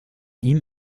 ihm